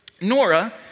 Nora